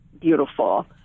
beautiful